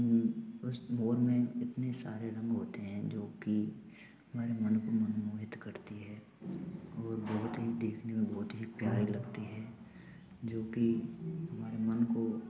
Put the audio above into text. उस मोर में इतने सारे रंग होते हैं जो कि हमारे मन को मनमोहित करते हैं और बहुत ही देखने में बहुत ही प्यारे लगते हैं जो कि हर मन को